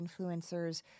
influencers